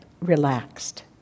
relaxed